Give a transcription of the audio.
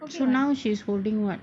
so now she's holding what